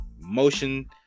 motion